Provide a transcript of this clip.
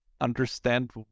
understand